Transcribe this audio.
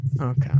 okay